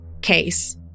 case